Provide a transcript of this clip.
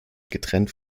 getrennt